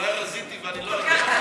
אולי רזיתי ואני לא יודע.